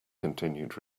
continued